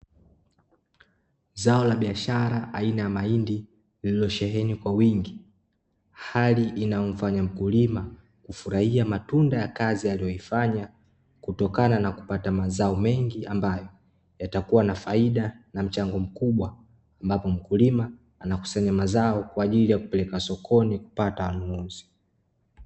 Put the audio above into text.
Zao la biashara aina ya mahindi, lililosheheni kwa wingi hali inayomfanya mkulima kufurahia matunda ya kazi aliyoifanya, kutokana na kupata mazao mengi ambayo yatakua na faida na mchango mkubwa ambapo mkulima, anakusanya mazao kwa ajili ya kupeleka sokoni kupata wanunuzi.